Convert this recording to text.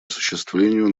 осуществлению